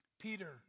Peter